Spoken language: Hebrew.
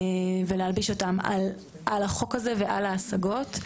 ולהלביש אותם על החוק הזה ועל ההשגות,